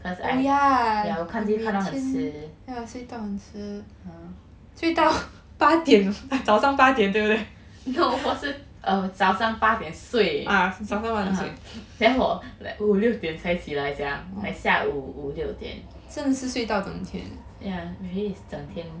cause ya will 看戏看到很迟 no 我是早上八点睡 then 我五六点才起来 sia like 下午五六点 yeah usually it's 整天